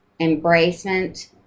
embracement